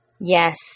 Yes